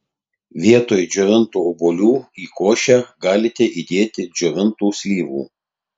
vietoj džiovintų obuolių į košę galite įdėti džiovintų slyvų